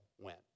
went